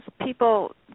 people